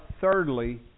thirdly